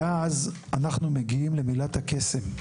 ואז אנחנו מגיעים למילת הקסם,